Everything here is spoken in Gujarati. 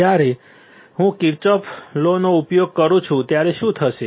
જ્યારે હું કિર્ચોફ વોલ્ટેજ લોનો ઉપયોગ કરું છું ત્યારે શું થશે